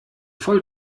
voll